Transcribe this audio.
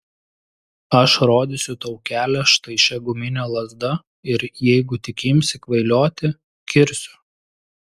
aš rodysiu tau kelią štai šia gumine lazda ir jeigu tik imsi kvailioti kirsiu